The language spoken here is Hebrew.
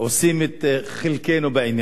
אני אומר, קודם כול ביקורת עצמית.